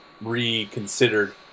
reconsidered